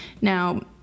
Now